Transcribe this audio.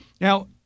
Now